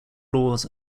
laws